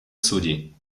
судей